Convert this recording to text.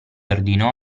ordinò